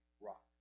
rock